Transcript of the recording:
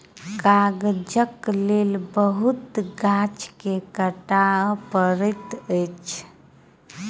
कागजक लेल बहुत गाछ के काटअ पड़ैत अछि